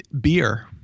beer